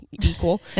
equal